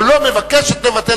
או לא מבקשת לבטל,